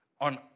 on